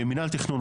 מינהל תכנון,